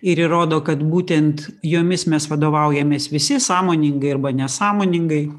ir įrodo kad būtent jomis mes vadovaujamės visi sąmoningai arba nesąmoningai